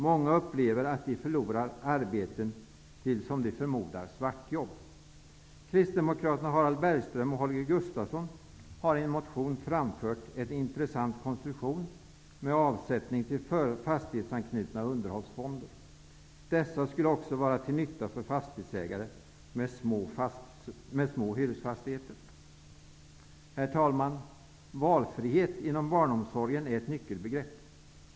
Många upplever att de förlorar arbeten till, som de förmodar, dem som utför svartjobb. Gustafsson har i en motion framfört en intressant konstruktion med avsättning till fastighetsanknutna underhållsfonder. Dessa skulle också vara till nytta för fastighetsägare med små hyresfastigheter. Valfrihet inom barnomsorgen är ett nyckelbegrepp.